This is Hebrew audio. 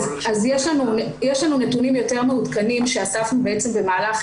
יש לנו נתונים יותר מעודכנים שאספנו בעצם במהלך